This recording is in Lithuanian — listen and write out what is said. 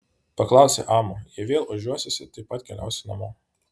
paklausė amu jei vėl ožiuosiesi tuoj pat keliausi namo